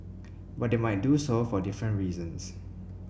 but they might do so for different reasons